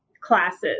classes